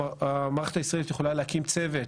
המערכת הישראלית יכולה להקים צוות